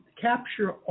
capture